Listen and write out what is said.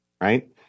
right